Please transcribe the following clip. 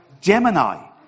Gemini